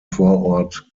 vorort